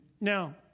Now